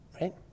right